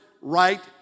right